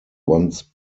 once